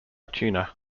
tuna